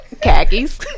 Khakis